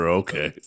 okay